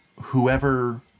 whoever